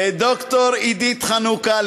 לד"ר עידית חנוכה,